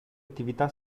attività